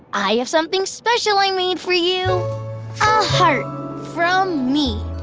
i have something special i made for you. a heart from me.